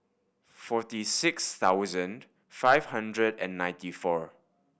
forty six thousand five hundred and ninety four